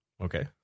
Okay